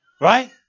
Right